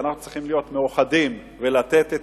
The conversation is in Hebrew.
שאנחנו צריכים להיות מאוחדים ולתת את